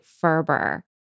Ferber